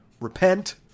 repent